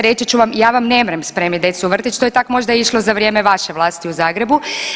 Reći ću vam, ja vam nemrem spremim decu u vrtić to je tak možda išlo za vrijeme vaše vlasti u Zagrebu.